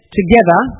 together